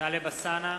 טלב אלסאנע,